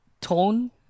tone